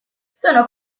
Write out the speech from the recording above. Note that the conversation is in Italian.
sono